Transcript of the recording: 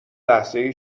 لحظه